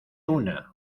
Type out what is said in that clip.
una